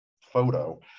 photo